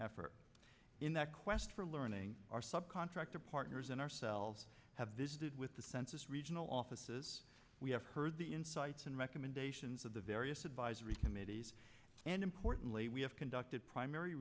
effort in that quest for learning our subcontractor partners and ourselves have visited with the census regional offices we have heard the insights and recommendations of the various advisory committees and importantly we have conducted primary